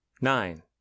nine